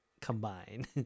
combine